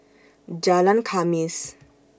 Jalan Khamis